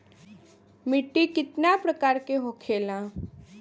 मिट्टी कितना प्रकार के होखेला?